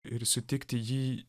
ir sutikti jį